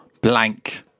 blank